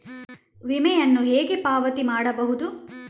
ವಿಮೆಯನ್ನು ಹೇಗೆ ಪಾವತಿ ಮಾಡಬಹುದು?